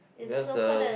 because uh